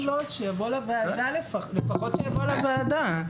ואם לא, שלפחות יבוא לוועדה.